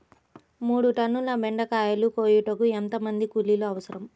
మూడు టన్నుల బెండకాయలు కోయుటకు ఎంత మంది కూలీలు అవసరం?